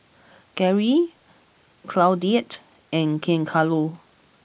Garry Claudette and Giancarlo